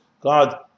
God